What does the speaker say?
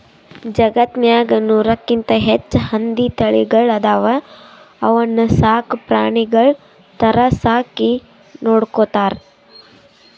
ಜಗತ್ತ್ನಾಗ್ ನೂರಕ್ಕಿಂತ್ ಹೆಚ್ಚ್ ಹಂದಿ ತಳಿಗಳ್ ಅದಾವ ಅವನ್ನ ಸಾಕ್ ಪ್ರಾಣಿಗಳ್ ಥರಾ ಸಾಕಿ ನೋಡ್ಕೊತಾರ್